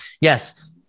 yes